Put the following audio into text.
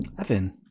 Evan